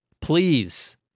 please